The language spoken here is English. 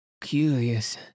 Curious